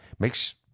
makes